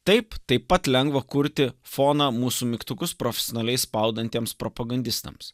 taip taip pat lengva kurti foną mūsų mygtukus profesionaliai spaudantiems propagandistams